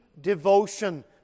devotion